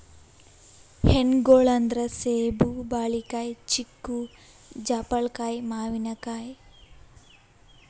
ಹಣ್ಣ್ಗೊಳ್ ಅಂದ್ರ ಸೇಬ್, ಬಾಳಿಕಾಯಿ, ಚಿಕ್ಕು, ಜಾಪಳ್ಕಾಯಿ, ಮಾವಿನಕಾಯಿ